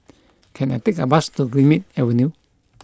can I take a bus to Greenmead Avenue